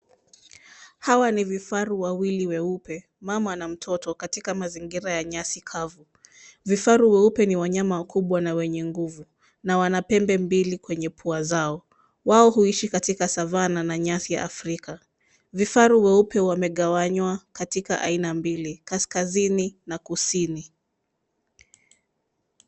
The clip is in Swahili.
Hawa ni vifaru wawili weupe, mama na mtoto katika mazingira ya nyasi kavu. Vifaru weupe ni wanyama wakubwa na wenye nguvu na wana pembe mbili kwenye pua zao. Wao huishi katika savannah na nyasi Afrika. Vifaru weupe wamegawanywa katika aina mbili, kaskazini na kusini.